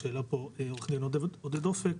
נקודה שהעלה כאן עורך דין עודד אופק.